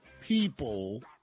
people